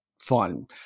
fun